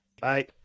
Bye